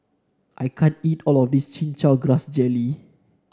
I can't eat all of this Chin Chow Grass Jelly